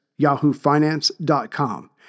yahoofinance.com